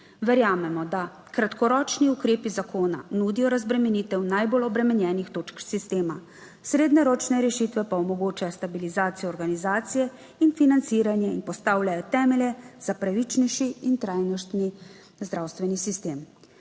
Verjamemo, da kratkoročni ukrepi zakona nudijo razbremenitev najbolj obremenjenih točk sistema. Srednjeročne rešitve pa omogočajo stabilizacijo organizacije in financiranje in postavljajo temelje za pravičnejši in trajnostni zdravstveni sistem.